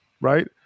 right